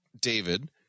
David